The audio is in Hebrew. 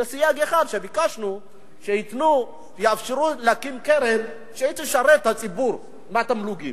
בסייג אחד: ביקשנו שיאפשרו להקים קרן שתשרת את הציבור מהתמלוגים.